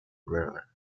river